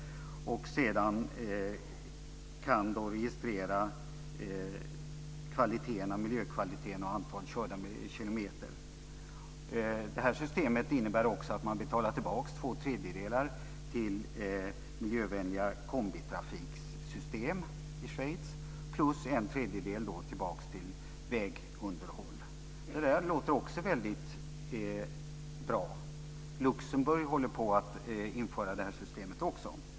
Sedan kan miljökvalitet och antal körda kilometer registreras. Det här systemet innebär också att man betalar tillbaka två tredjedelar till miljövänliga kombitrafiksystem i Schweiz och en tredjedel till vägunderhåll. Det låter också väldigt bra. Luxemburg håller också på att införa det här systemet.